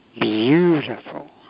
beautiful